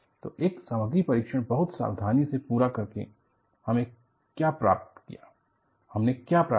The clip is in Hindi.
तो एक सामग्री परीक्षण बहुत सावधानी से पूरा करके हमें क्या प्राप्त किया हमने क्या प्राप्त किया